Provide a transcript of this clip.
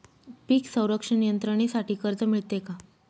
पीक संरक्षण यंत्रणेसाठी कर्ज मिळते का?